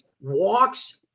walks